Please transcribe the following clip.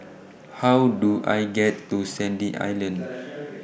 How Do I get to Sandy Island